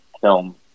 film